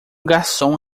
garçom